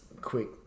quick